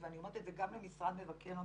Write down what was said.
ואני אומרת את זה גם למשרד מבקר המדינה,